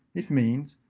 it means,